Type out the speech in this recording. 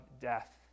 death